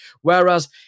Whereas